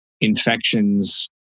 infections